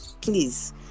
please